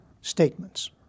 statements